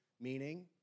meaning